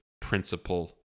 principle